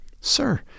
Sir